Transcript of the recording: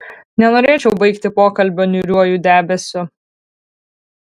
nenorėčiau baigti pokalbio niūriuoju debesiu